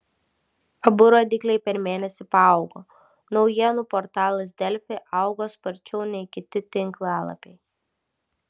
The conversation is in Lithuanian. abu rodikliai per mėnesį paaugo naujienų portalas delfi augo sparčiau nei kiti tinklalapiai